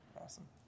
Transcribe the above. Awesome